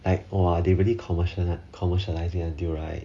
like !wah! they really commercial commercialise like until right